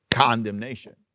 condemnation